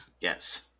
yes